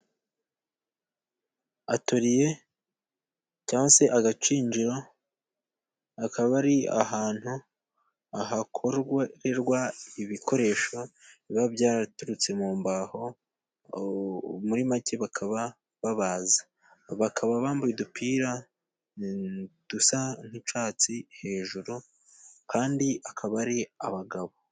Atoriye cyangwa se agakinjiro, akaba ari ahantu hakorererwa ibikoresho biba byaraturutse mu mbaho. Muri make bakaba babaza. Bakaba bambaye udupira dusa n'icyatsi hejuru, kandi akaba ari abagabo.